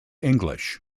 english